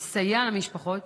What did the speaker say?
לסייע למשפחות.